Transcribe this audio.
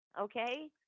Okay